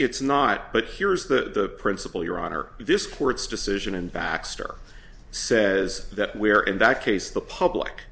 it's not but here is the principle your honor this court's decision and baxter says that we are in that case the public